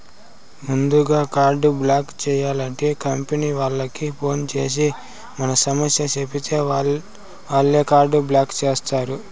ముందుగా card block చేయాలంటే company వాళ్లకి ఫోన్ చేసి మన సమస్య చెప్పితే వాళ్లే కార్డు బ్లాక్ చేస్తారు